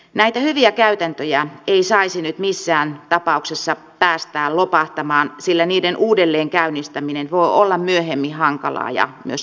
näitä hyviä käytäntöjä ei saisi nyt missään tapauksessa päästää lopahtamaan sillä niiden uudelleenkäynnistäminen voi olla myöhemmin hankalaa ja myöskin kallista